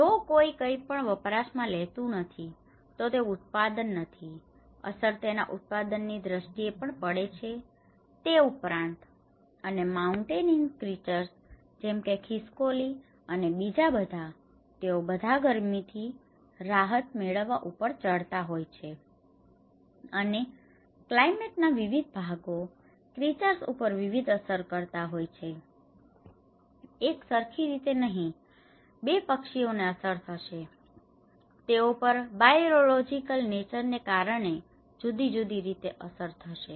જો કોઈ કઈ પણ વપરાશ માં લેતું નથી તો તે ઉત્પાદન ની અસર તેના ઉત્પાદનની દ્રષ્ટિએ પણ પડે છે તે ઉપરાંત અને માઉન્ટેઇન ક્રિચર્સ જેમ કે ખિસકોલી અને બીજા બધા તેઓ બધા ગરમી થી રાહત મેળવવા ઉપર ચડતા હોય છે અને ક્લાયમેટ ના વિવિધ ભાગો ક્રિચર્સ ઉપર વિવિધ અસર કરતા હોય છે એક સરખી રીતે નહિ 2 પક્ષીઓ ને અસર થશે તેઓ પર બાયોલોજિકલ નેચર ને કારણે જુદી જુદી રીતે અસર થશે